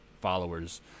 followers